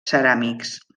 ceràmics